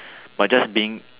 but just been